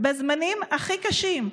בזמנים הכי קשים.